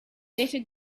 better